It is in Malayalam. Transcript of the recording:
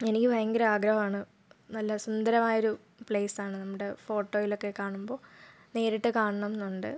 എനിക്ക് ഭയങ്കര ആഗ്രഹമാണ് നല്ല സുന്ദരമായൊരു പ്ലെയ്സ് ആണ് നമ്മുടെ ഫോട്ടോയിൽ ഒക്കെ കാണുമ്പോൾ നേരിട്ട് കാണണം എന്നുണ്ട്